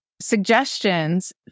suggestions